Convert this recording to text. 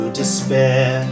despair